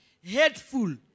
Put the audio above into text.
Hateful